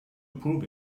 prove